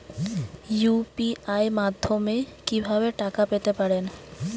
UPI মাধ্যমে কি ভাবে টাকা পেতে পারেন?